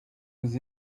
with